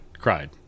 cried